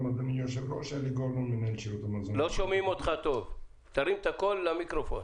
אני מתנצל, אני לא שומע אותך באיכות גבוהה.